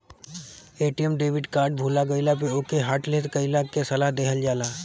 ATM debit card भूला गईला पे ओके हॉटलिस्ट कईला के सलाह देहल जाला